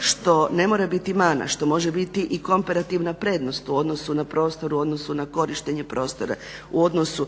što ne mora biti mana, što može biti i komparativna prednost u odnosu na prostor, u odnosu na korištenje prostora, u odnosu